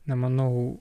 na manau